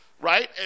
right